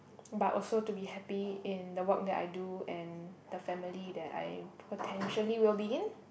but also to be happy in the work that I do and the family that I potentially will begin